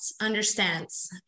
understands